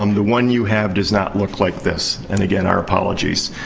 um the one you have does not look like this. and, again, our apologies.